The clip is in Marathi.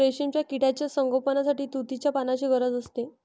रेशीम किड्यांच्या संगोपनासाठी तुतीच्या पानांची गरज असते